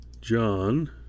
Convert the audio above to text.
John